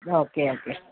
okay okay